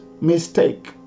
mistake